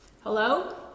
Hello